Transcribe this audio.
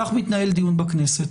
כך מתנהל דיון בכנסת.